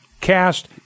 cast